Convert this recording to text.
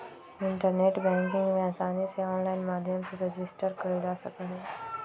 internet banking में आसानी से आनलाइन माध्यम से रजिस्टर कइल जा सका हई